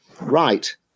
right